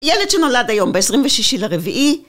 ילד שנולד היום ב-26.4